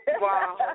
Wow